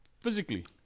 physically